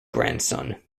grandson